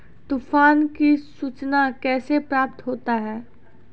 तुफान की सुचना कैसे प्राप्त होता हैं?